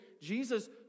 Jesus